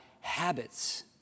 habits